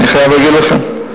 אני חייב להגיד לך.